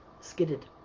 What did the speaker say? skidded